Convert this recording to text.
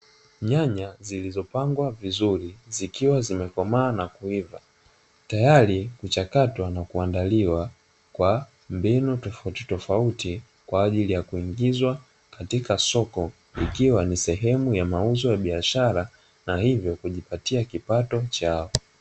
Nyanya zilizopangwa vizuri zikiwa zimekomaa na kuiva, tayari kuchakatwa na kuandaliwa kwa mbinu tofautitofauti kwa ajili ya kuingizwa katika soko ikiwa ni sehemu ya mauzo ya biashara na hivyo kujipatia kipato chao.